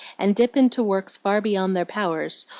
and dip into works far beyond their powers,